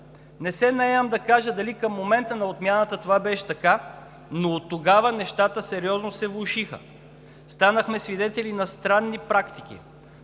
Не се наемам да кажа дали към момента на отмяната това беше така, но оттогава нещата сериозно се влошиха. Станахме свидетели на странни практики